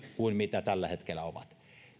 kuin tällä hetkellä olevat